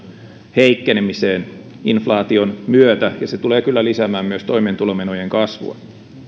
heikkenemiseen inflaation myötä se tulee kyllä lisäämään myös toimeentulomenojen kasvua